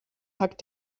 hackt